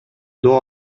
доо